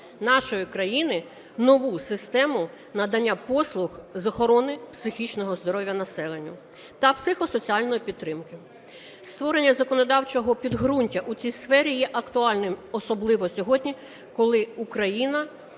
нашої країни нову систему надання послуг з охорони психічного здоров'я населення та психосоціальної підтримки. Створення законодавчого підґрунтя у цій сфері є актуальним особливо сьогодні, коли Україна